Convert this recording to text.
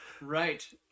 Right